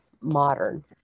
modern